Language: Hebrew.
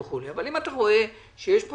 אבל אם אתה רואה שיש פה